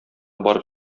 барып